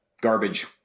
Garbage